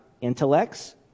intellects